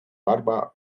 barba